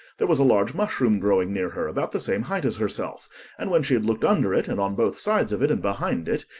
there was a large mushroom growing near her, about the same height as herself and when she had looked under it, and on both sides of it, and behind it,